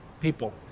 people